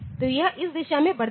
तो यह इस दिशा में बढ़ता है